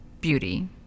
beauty